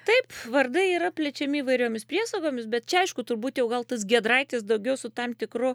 taip vardai yra plečiami įvairiomis priesagomis bet čia aišku turbūt jau gal tas giedraitis daugiau su tam tikru